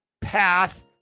path